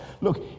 Look